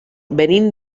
venim